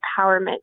empowerment